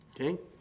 okay